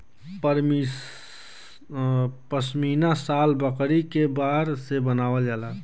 पश्मीना शाल बकरी के बार से बनावल जाला